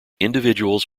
individuals